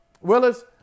Willis